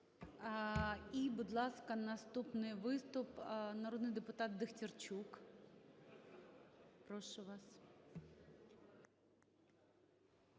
І, будь ласка, наступний виступ народний депутат Дехтярчук. Прошу вас.